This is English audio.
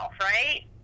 right